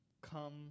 Come